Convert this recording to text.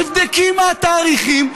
תבדקי מה התאריכים,